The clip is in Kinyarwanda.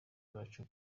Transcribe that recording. bacu